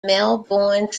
melbourne